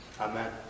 Amen